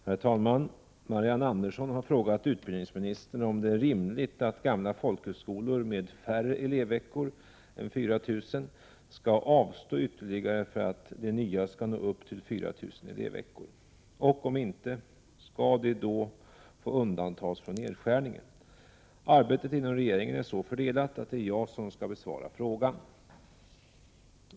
Herr talman! Marianne Andersson har frågat utbildningsministern om det är rimligt att gamla folkhögskolor med färre elevveckor än 4 000 skall avstå ytterligare för att de nya skall nå upp till 4 000 elevveckor. Och om inte, skall de få undantas från nedskärningen? Arbetet inom regeringen är så fördelat att det är jag som skall besvara frågan.